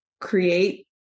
create